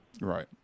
Right